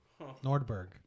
Nordberg